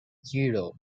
zero